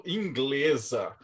inglesa